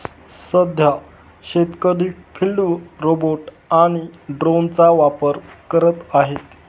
सध्या शेतकरी field robot आणि ड्रोनचा वापर करत आहेत